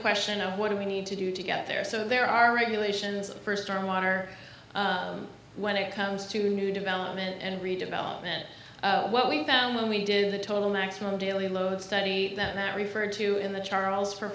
question of what do we need to do to get there so there are regulations first our water when it comes to new development and redevelopment what we found when we did the total maximum daily load study that i referred to in the charles for